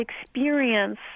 experience